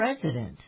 president